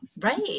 Right